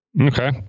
Okay